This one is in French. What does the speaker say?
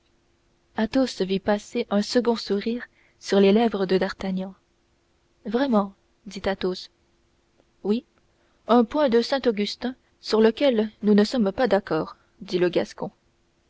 duel athos vit passer un second sourire sur les lèvres de d'artagnan vraiment dit athos oui un point de saint augustin sur lequel nous ne sommes pas d'accord dit le gascon